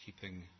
Keeping